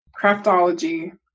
craftology